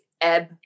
ebb